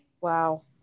Wow